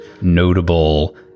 notable